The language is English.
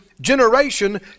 generation